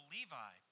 Levi